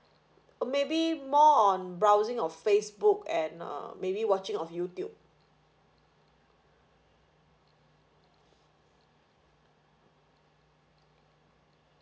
maybe more on browsing of Facebook and uh maybe watching on YouTube